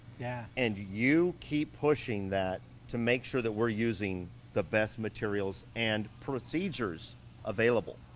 yeah and you keep pushing that to make sure that we're using the best materials and procedures available.